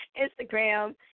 Instagram